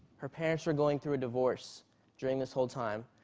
her parents were going through a divorce during this whole time,